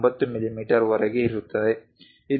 9 ಮಿಮೀ ವರೆಗೆ ಇರುತ್ತದೆ